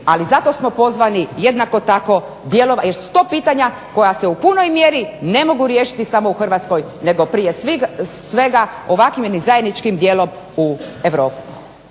Ali zato smo pozvani jednako tako djelovati jer su to pitanja koja se u punoj mjeri ne mogu riješiti samo u Hrvatskoj nego prije svega ovakvim jednim zajedničkim dijelom u Europu.